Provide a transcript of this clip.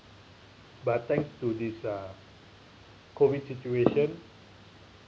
but thanks to this uh COVID situation